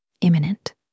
imminent